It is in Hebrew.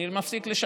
אני מפסיק לשווק.